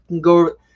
go